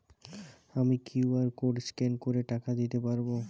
আমি QR code scan করে টাকা দিতে পারবো?